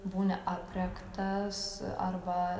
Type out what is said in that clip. būni aprėktas arba